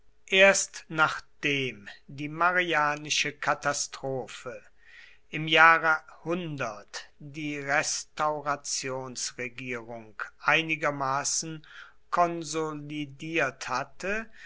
erst nachdem die marianische katastrophe im jahre die restaurationsregierung einigermaßen konsolidiert hatte